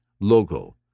logo